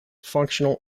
functional